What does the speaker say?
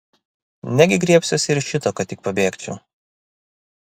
negi griebsiuosi ir šito kad tik pabėgčiau